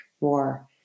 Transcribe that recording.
war